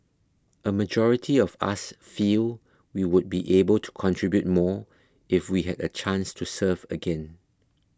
a majority of us feel we would be able to contribute more if we had a chance to serve again